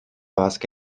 vasca